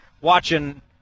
watching